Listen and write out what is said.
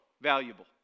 valuable